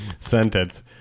sentence